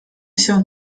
się